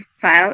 file